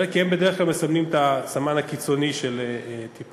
כי הם בדרך כלל מסמנים את הסמן הקיצוני של טיפול.